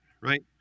right